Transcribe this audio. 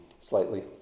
slightly